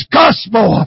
gospel